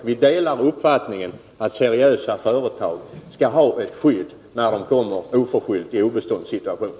Vi delar uppfattningen att seriösa företag skall ha ett skydd när de oförskyllt kommer i obeståndssituationer.